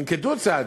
ננקטו צעדים,